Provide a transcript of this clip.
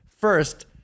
first